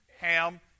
Ham